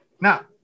Now